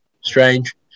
strange